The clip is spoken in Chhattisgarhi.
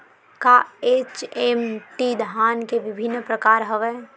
का एच.एम.टी धान के विभिन्र प्रकार हवय?